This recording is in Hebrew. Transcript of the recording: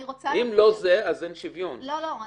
אם לא זה, אין שוויון.